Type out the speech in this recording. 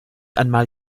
einmal